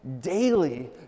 daily